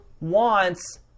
wants